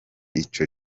ico